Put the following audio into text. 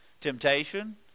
temptation